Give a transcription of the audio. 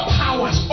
powers